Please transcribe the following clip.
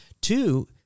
Two